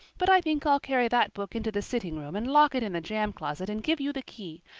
but i think i'll carry that book into the sitting room and lock it in the jam closet and give you the key.